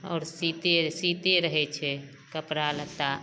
आओर सीते सीते रहै छै कपड़ा लत्ता